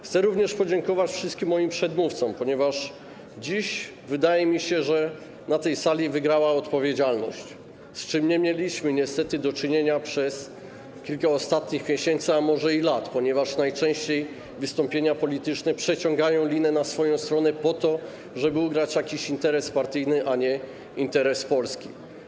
Chcę również podziękować wszystkim moim przedmówcom, ponieważ dziś wydaje mi się, że na tej sali wygrała odpowiedzialność, z czym nie mieliśmy niestety do czynienia przez kilka ostatnich miesięcy, a może i lat, ponieważ najczęściej wystąpienia polityczne przeciągają linę na swoją stronę po to, żeby ugrać jakiś interes partyjny, a nie interes Polski.